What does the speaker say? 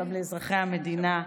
גם לאזרחי המדינה.